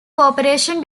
cooperation